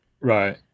Right